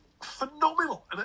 phenomenal